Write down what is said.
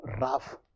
rough